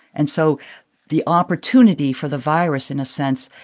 and so the opportunity for the virus, in a sense,